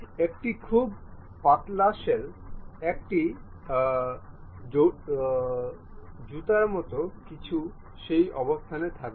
একটি খুব পাতলা শেল একটি জুতার মতো কিছু সেই অবস্থানে থাকবে